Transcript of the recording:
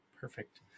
perfect